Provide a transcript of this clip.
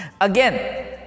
Again